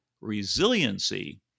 resiliency